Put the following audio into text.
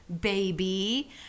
baby